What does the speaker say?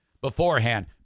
beforehand